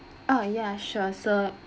oh ya sure so